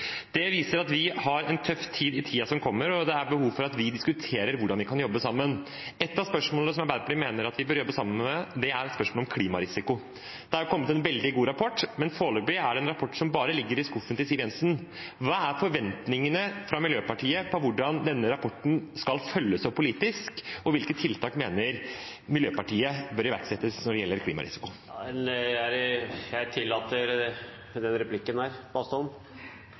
Det viser at vi får en tøff tid i tiden som kommer, og det er behov for at vi diskuterer hvordan vi kan jobbe sammen. Et av spørsmålene som Arbeiderpartiet mener vi bør jobbe sammen om, er spørsmålet om klimarisiko. Det er kommet en veldig god rapport, men foreløpig er det en rapport som bare ligger i skuffen til Siv Jensen. Hva er forventningene fra Miljøpartiet De Grønne om hvordan denne rapporten skal følges opp politisk, og hvilke tiltak mener de bør iverksettes når det gjelder klimarisiko? Presidenten tillater denne replikken. Da tillater jeg meg å svare på replikken. Jeg